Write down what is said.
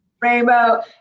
Rainbow